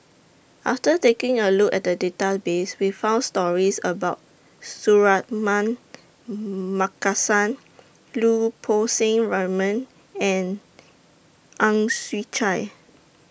after taking A Look At The Database We found stories about Suratman Markasan Lau Poo Seng Raymond and Ang Chwee Chai